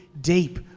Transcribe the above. deep